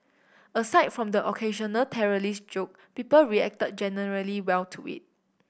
aside from the occasional terrorist joke people reacted generally well to it